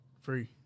Free